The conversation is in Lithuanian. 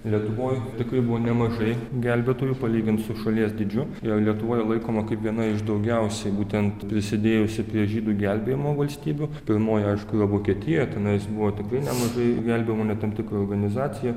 lietuvoj tikrai buvo nemažai gelbėtojų palygint su šalies dydžiu jau lietuva yra laikoma kaip viena iš daugiausiai būtent prisidėjusi prie žydų gelbėjimo valstybių pirmoji aišku yra vokietija tenais buvo tikrai nemažai gelbėjimo net tam tikra organizacija